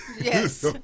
Yes